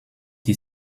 die